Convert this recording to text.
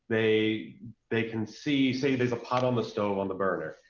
they they can see, say there's a pot on the stove on the burner,